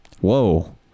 whoa